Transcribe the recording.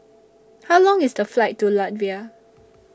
How Long IS The Flight to Latvia